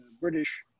British